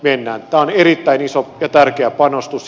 tämä on erittäin iso ja tärkeä panostus